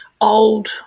old